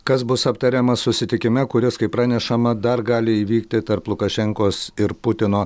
kas bus aptariama susitikime kuris kaip pranešama dar gali įvykti tarp lukašenkos ir putino